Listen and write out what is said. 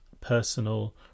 personal